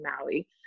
Maui